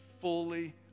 fully